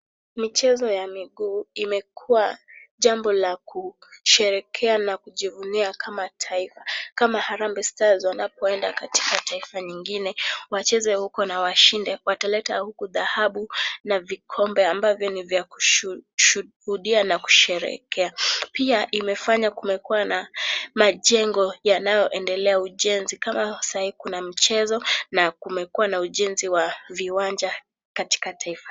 Michezo ya miguu imekuwa jambo la kusherekea na kujivunia kama taifa. Kama Harambe Stars wanapoenda katika taifa nyingine, wacheze huko na washinde, wataleta huku dhahabu na vikombe ambavyo ni vya kushuhudia na kusherekea. Pia imefanya kumekuwa na majengo yanayoendelea ujenzi, kama saa hii kuna mchezo na kumekuwa na ujenzi wa viwanja katika taifa.